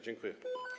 Dziękuję.